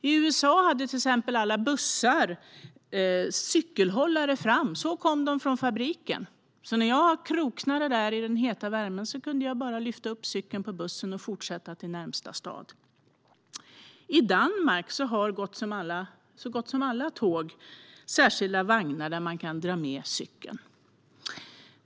I USA hade till exempel alla bussar cykelhållare fram - så kom de från fabriken - så när jag kroknade i hettan kunde jag bara lyfta upp cykeln på bussen och fortsätta till närmaste stad. I Danmark har så gott som alla tåg särskilda vagnar där man kan dra med cykeln.